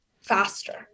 faster